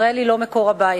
ישראל היא לא מקור הבעיה.